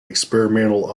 experimental